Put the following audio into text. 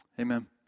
Amen